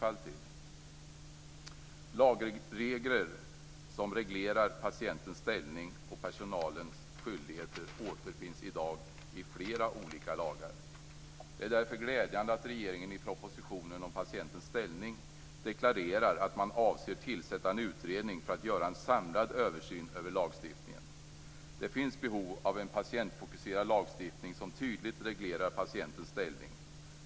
De lagregler som reglerar patientens ställning och personalens skyldigheter återfinns i dag i flera olika lagar. Det är därför glädjande att regeringen i propositionen om patientens ställning deklarerar att man avser att tillsätta en utredning för att göra en samlad översyn över lagstiftningen. Det finns behov av en patientfokuserad lagstiftning som tydligt reglerar patientens ställning.